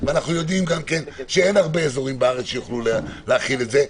ואנחנו גם יודעים שאין הרבה אזורים בארץ שיוכלו להחיל את זה.